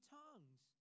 tongues